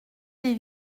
des